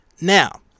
Now